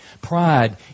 Pride